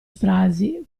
frasi